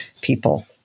people